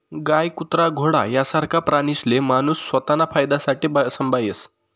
गाय, कुत्रा, घोडा यासारखा प्राणीसले माणूस स्वताना फायदासाठे संभायस